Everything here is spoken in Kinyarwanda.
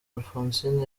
alphonsine